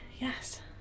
yes